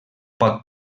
pot